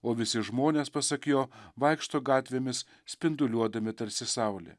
o visi žmonės pasak jo vaikšto gatvėmis spinduliuodami tarsi saulė